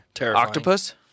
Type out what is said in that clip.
Octopus